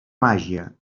màgia